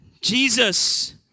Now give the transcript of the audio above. Jesus